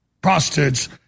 prostitutes